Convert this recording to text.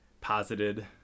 posited